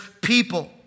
people